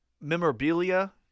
memorabilia